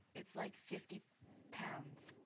it's, like, fifty pounds.